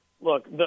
look